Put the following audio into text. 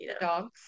dogs